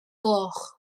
gloch